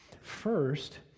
First